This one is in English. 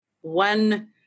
one